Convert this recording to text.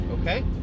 Okay